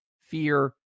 fear